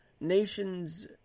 Nations